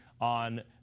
on